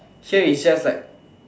sure it's just like